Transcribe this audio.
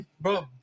bro